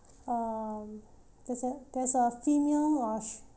um there's a there's a female uh